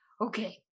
okay